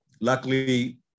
luckily